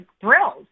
thrilled